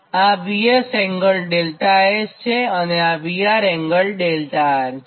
તો આ VS∠δS છે અને VR∠δR છે